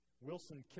Wilson